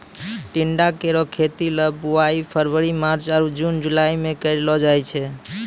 टिंडा केरो खेती ल बुआई फरवरी मार्च आरु जून जुलाई में कयलो जाय छै